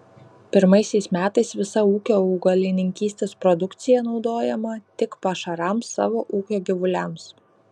pirmaisiais metais visa ūkio augalininkystės produkcija naudojama tik pašarams savo ūkio gyvuliams